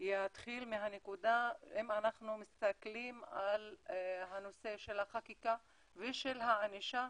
יתחיל אם אנחנו מסתכלים על הנושא של החקיקה ושל הענישה,